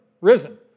risen